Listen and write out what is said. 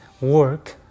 work